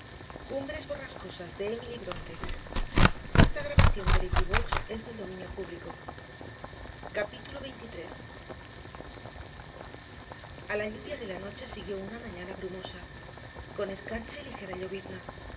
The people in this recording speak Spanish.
realidad capítulo veintitrés a la lluvia de la noche siguió una mañana brumosa con escarcha y ligera llovizna